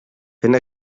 fent